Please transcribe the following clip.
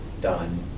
done